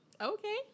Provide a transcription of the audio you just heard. Okay